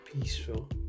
peaceful